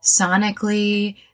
sonically